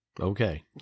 okay